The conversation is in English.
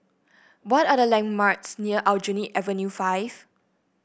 what are the landmarks near Aljunied Avenue Five